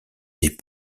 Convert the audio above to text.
des